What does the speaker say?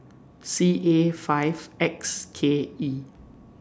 C A five X K E